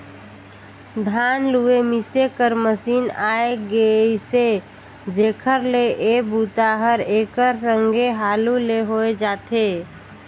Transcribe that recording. धान लूए मिसे कर मसीन आए गेइसे जेखर ले ए बूता हर एकर संघे हालू ले होए जाथे